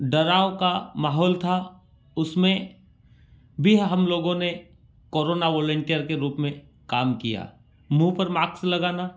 डराव का माहौल था उसमें भी हम लोगों ने कोरोना वोलेंटियर के रूप में काम किया मुँह पर माक्स लगाना